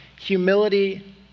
Humility